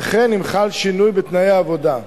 וכן, אם חל שינוי בתנאי העבודה,